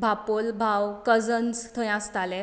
बापोल भाव कजन्स थंय आसताले